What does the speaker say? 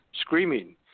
screaming